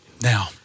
Now